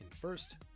first